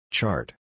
Chart